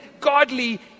godly